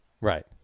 Right